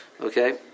Okay